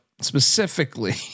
specifically